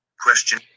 question